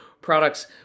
products